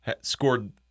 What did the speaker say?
Scored